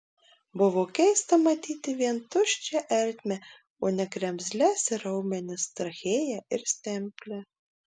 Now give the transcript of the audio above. buvo keista matyti vien tuščią ertmę o ne kremzles ir raumenis trachėją ir stemplę